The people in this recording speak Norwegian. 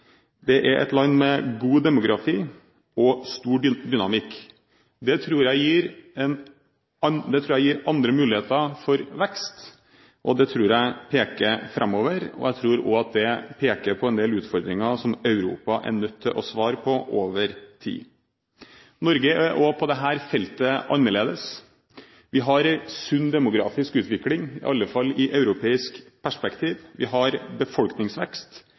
Det er et land med god demografi og stor dynamikk. Det tror jeg gir andre muligheter for vekst, og det tror jeg peker framover. Jeg tror også at det peker på en del utfordringer som Europa er nødt til å svare på over tid. Norge er også på dette feltet annerledes. Vi har en sunn demografisk utvikling, i alle fall i europeisk perspektiv. Vi har befolkningsvekst.